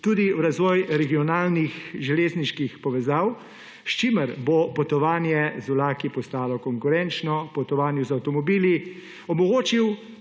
tudi v razvoj regionalnih železniških povezav, s čimer bo potovanje z vlaki postalo konkurenčno potovanju z avtomobili, omogočil